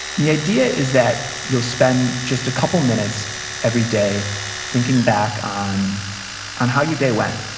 the idea is that you'll spend just a couple minutes every day thinking back on on how your day went.